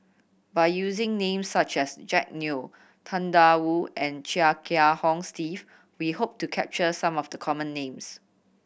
by using names such as Jack Neo Tang Da Wu and Chia Kiah Hong Steve we hope to capture some of the common names